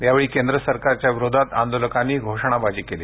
यावेळी केंद्र सरकारच्या विरोधात आंदोलकांनी घोषणाबाजी केली